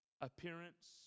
Appearance